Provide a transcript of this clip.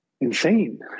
insane